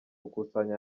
gukusanya